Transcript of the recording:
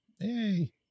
Hey